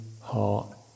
heart